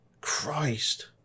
Christ